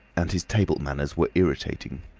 and his table manners were irritating.